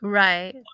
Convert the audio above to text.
right